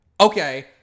Okay